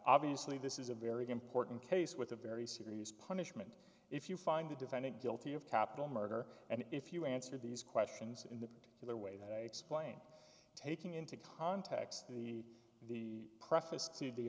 obviously this is a very important case with a very serious punishment if you find the defendant guilty of capital murder and if you answer these questions in a particular way that i explain taking into context the the preface to the